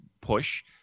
push